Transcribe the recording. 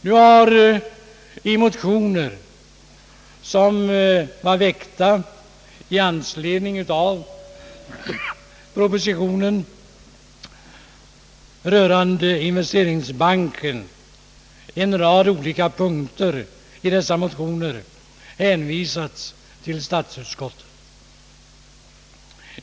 Nu har i de motioner som var väckta i anledning av propositionen rörande investeringsbanken en rad olika punkter hänvisats till bevillningsutskottet.